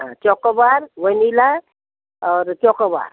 हाँ chocobar vanilla और chocobar